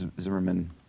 Zimmerman